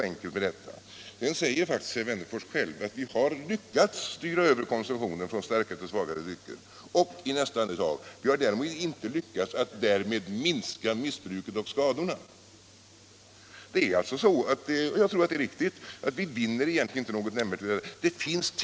Onsdagen den Herr Wennerfors säger faktiskt själv att vi har lyckats styra över kon 27 april 1977 sumtionen från starköl till svagare drycker men säger i samma andetag att vi däremot inte lyckats minska missbruket och skadorna. Jag tror = Alkoholpolitiken att detta är riktigt och att vi egentligen inte vinner så mycket. Det finns t.